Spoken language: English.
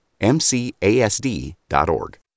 MCASD.org